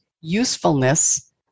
usefulness